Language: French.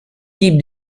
type